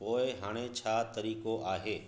पोए हाणे छा तरीक़ो आहे